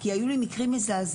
כי היו לי מקרים מזעזעים.